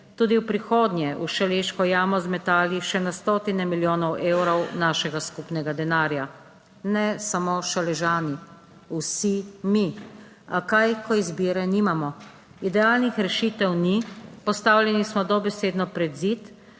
tudi v prihodnje v Šaleško jamo zmetali še na stotine milijonov evrov našega skupnega denarja, ne samo Šaležani, vsi mi, a kaj, ko izbire nimamo. Idealnih rešitev ni, postavljeni smo dobesedno pred zid,